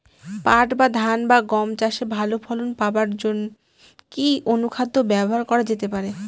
পাট বা ধান বা গম চাষে ভালো ফলন পাবার জন কি অনুখাদ্য ব্যবহার করা যেতে পারে?